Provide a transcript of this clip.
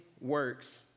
works